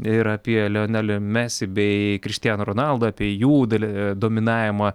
ir apie leonelį mesi bei krištianą ronaldą apie jų dali dominavimą